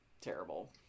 terrible